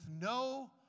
no